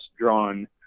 drawn